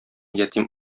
ятим